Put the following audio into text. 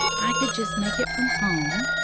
i could just make it from home,